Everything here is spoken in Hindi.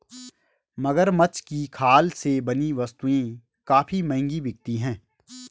मगरमच्छ की खाल से बनी वस्तुएं काफी महंगी बिकती हैं